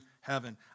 heaven